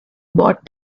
bought